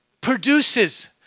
produces